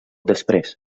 després